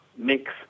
mix